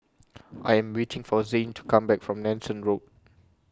I Am waiting For Zhane to Come Back from Nanson Road